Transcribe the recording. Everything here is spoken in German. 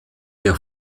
der